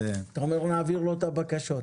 אתה אומר שנעביר לו את הבקשות.